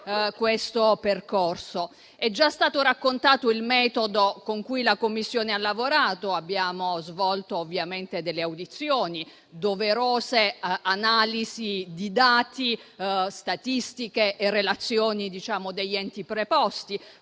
questo percorso. È già stato raccontato il metodo con cui la Commissione ha lavorato. Abbiamo svolto audizioni e doverose analisi di dati, statistiche e relazioni degli enti preposti,